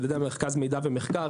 על ידי מרכז מידע ומחקר,